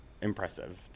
impressive